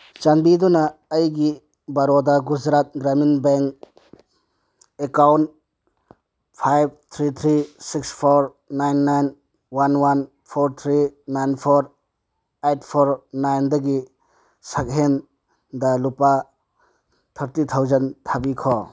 ꯆꯥꯟꯕꯤꯗꯨꯅ ꯑꯩꯒꯤ Baroda Gujarat Gramin bank account ꯐꯥꯏꯕ three three six four nine nine one one four three nine four eight four ꯅꯥꯏꯟꯗꯒꯤ ꯁꯛꯍꯦꯟꯗ ꯂꯨꯄꯥ ꯊꯥꯔꯇꯤ ꯊꯥꯎꯖꯟ ꯊꯥꯕꯤꯈꯣ